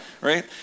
Right